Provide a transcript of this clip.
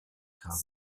cava